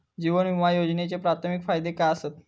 जीवन विमा योजनेचे प्राथमिक फायदे काय आसत?